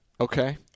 Okay